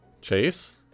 Chase